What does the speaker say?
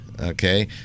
okay